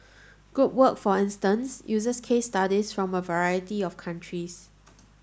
group work for instance uses case studies from a variety of countries